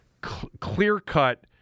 clear-cut